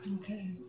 okay